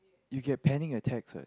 you get panic attacks what